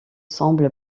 semble